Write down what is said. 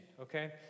okay